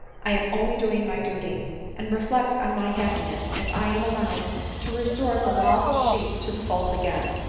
i am only doing my duty and reflect on my happiness if i am allowed to restore the lost sheep to the fold again!